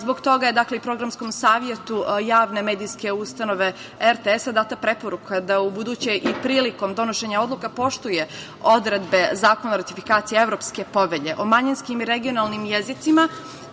zbog toga je Programskom savetu javne medijske ustanove RTS-a data preporuka da ubuduće i prilikom donošenja odluka poštuje odredbe Zakona o ratifikaciji Evropske povelje o manjinskim i regionalnim jezicima,